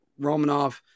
Romanov